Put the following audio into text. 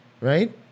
right